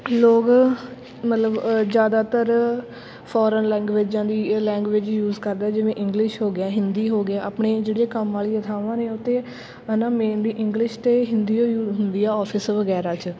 ਲੋਕ ਮਤਲਬ ਜ਼ਿਆਦਾਤਰ ਫੋਰਨ ਲੈਂਗੁਏਜਾਂ ਦੀ ਲੈਂਗੁਏਜ ਯੂਜ਼ ਕਰਦਾ ਜਿਵੇਂ ਇੰਗਲਿਸ਼ ਹੋ ਗਿਆ ਹਿੰਦੀ ਹੋ ਗਿਆ ਆਪਣੇ ਜਿਹੜੀਆਂ ਕੰਮ ਵਾਲੀਆਂ ਥਾਵਾਂ ਨੇ ਉੱਥੇ ਹੈ ਨਾ ਮੇਨਲੀ ਇੰਗਲਿਸ਼ ਅਤੇ ਹਿੰਦੀ ਓ ਯੂਜ਼ ਹੁੰਦੀ ਆ ਔਫਿਸ ਵਗੈਰਾ 'ਚ